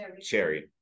cherry